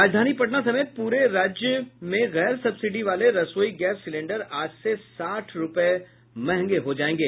राजधानी पटना समेत पूरे राज्य में गैर सक्सिडी वाले रसोई गैस सिलेंडर आज से साठ रूपये महंगे हो जायेंगे